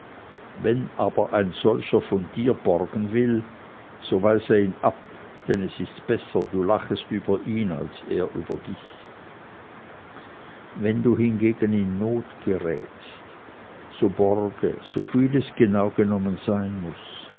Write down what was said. wenn aber ein solcher von dir borgen will so weise ihn ab denn es ist besser du lachest über ihn als er über dich wenn du hingegen in not gerätst so borge soviel es genaugenommen sein muß